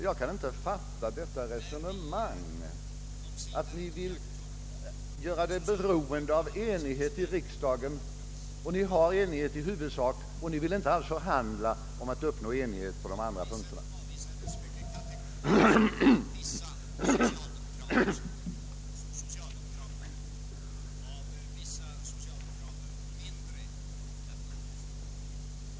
Jag kan inte fatta detta resonemang. Regeringspartiet vill göra hela denna fråga beroende av enighet i riksdagen och enighet föreligger i huvudsak, men ändå vill socialdemokraterna inte alls förhandla för att uppnå enighet på de andåra punkterna.